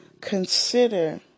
consider